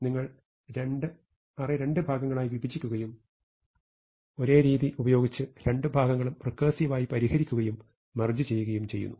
നിങ്ങൾ അറേ രണ്ട് ഭാഗങ്ങളായി വിഭജിക്കുകയും ഒരേ രീതി ഉപയോഗിച്ച് രണ്ട് ഭാഗങ്ങളും റെക്കേർസിവ് ആയി പരിഹരിക്കുകയും മെർജ് ചെയ്യുകയും ചെയ്യുന്നു